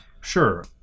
Sure